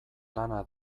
lana